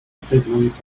statements